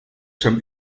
zum